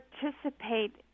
participate